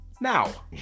now